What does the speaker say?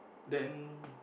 then